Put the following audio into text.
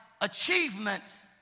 achievement